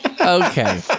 Okay